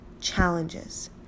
challenges